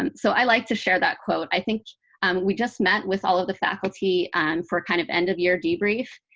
um so i like to share that quote. i think we just met with all of the faculty for kind of end-of-the-year debrief.